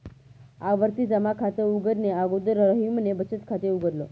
आवर्ती जमा खात उघडणे अगोदर रहीमने बचत खात उघडल